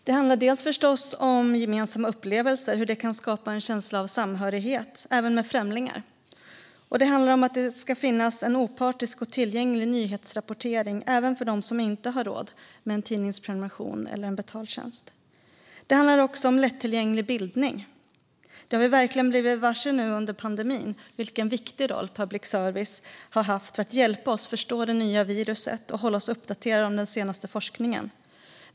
Detta handlar bland annat om hur gemensamma upplevelser kan skapa en känsla av samhörighet även med främlingar. Det handlar också om att det ska finnas en opartisk och tillgänglig nyhetsrapportering även för dem som inte har råd med en tidningsprenumeration eller en betaltjänst. Det handlar också om lättillgänglig bildning. Vi har verkligen blivit varse under pandemin vilken viktig roll public service har haft för att hjälpa oss att förstå det nya viruset och hålla oss uppdaterade om den senaste forskningen.